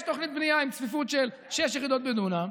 יש תוכנית בנייה עם צפיפות של שש יחידות בדונם,